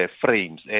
frames